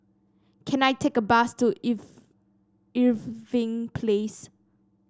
can I take a bus to Irv Irving Place